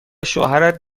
شوهرت